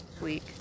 week